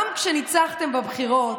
גם כשניצחתם בבחירות,